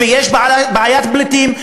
ויש בעיית פליטים.